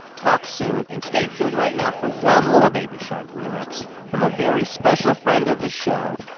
talk soon. and stay tuned right now for one more baby shark remix from a very special friend of the show,